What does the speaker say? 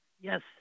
Yes